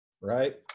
Right